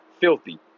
Filthy